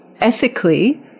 ethically